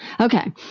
okay